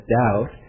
doubt